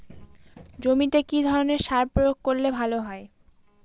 জমিতে কি ধরনের সার প্রয়োগ করলে ভালো হয়?